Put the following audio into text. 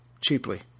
Cheaply